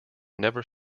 never